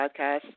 podcast